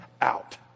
out